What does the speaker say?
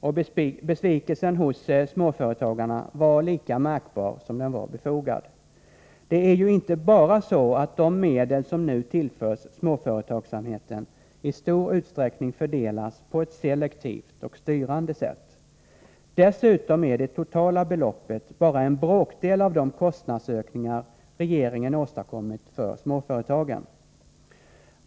Och besvikelsen hos småföretagarna var lika märkbar som befogad. Det är ju inte bara så att de medel som nu tillförs småföretagsamheten i stor utsträckning fördelas på ett selektivt och styrande sätt. Dessutom är det totala beloppet bara en bråkdel av de kostnadsökningar regeringen åstadkommit för småföretagen.